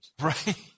Right